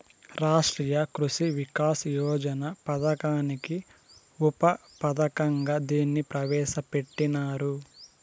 రాష్ట్రీయ కృషి వికాస్ యోజన పథకానికి ఉప పథకంగా దీన్ని ప్రవేశ పెట్టినారు